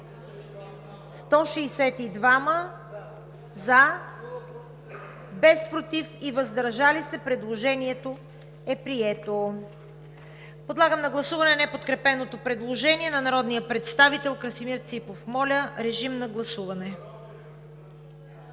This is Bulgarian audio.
Общо: за 162, против и въздържали се няма. Предложението е прието. Подлагам на гласуване неподкрепеното предложение на народния представител Красимир Ципов. Гласували